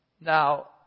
Now